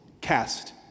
cast